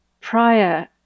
prior